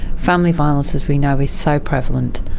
family violence, as we know, is so prevalent,